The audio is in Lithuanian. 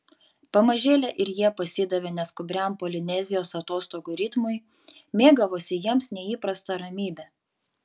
pamažėle ir jie pasidavė neskubriam polinezijos atostogų ritmui mėgavosi jiems neįprasta ramybe